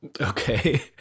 Okay